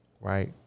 right